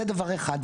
זה דבר אחד.